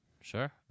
sure